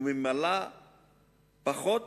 פחות